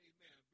Amen